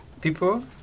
people